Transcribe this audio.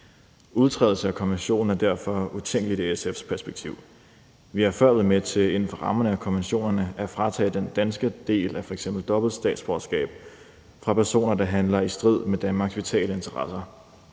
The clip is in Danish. udtrædelse af konventionen er derfor utænkelig i SF's perspektiv. Vi har f.eks. før været med til inden for rammerne af konventionerne at tage den danske del af et dobbelt statsborgerskab fra personer, der handler i strid med Danmarks vitale interesser.